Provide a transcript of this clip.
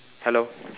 hello